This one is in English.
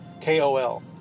K-O-L